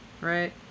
right